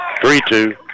Three-two